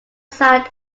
side